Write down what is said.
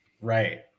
right